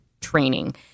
training